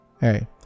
Hey